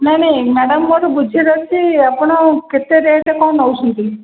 ନାଇଁ ନାଇଁ ମ୍ୟାଡ଼ମ୍ ମୋର ବୁଝିବାର ଅଛି ଆପଣ କେତେ ରେଟ୍ କ'ଣ ନେଉଛନ୍ତି